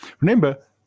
Remember